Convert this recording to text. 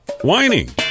whining